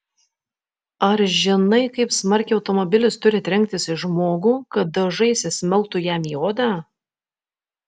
ar žinai kaip smarkiai automobilis turi trenktis į žmogų kad dažai įsismelktų jam į odą